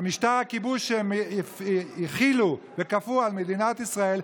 במשטר הכיבוש שהם החילו וכפו על מדינת ישראל,